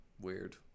weird